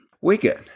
Wigan